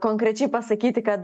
konkrečiai pasakyti kad